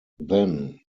then